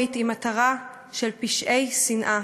הרפורמית היא מטרה של פשעי שנאה,